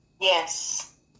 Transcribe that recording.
Yes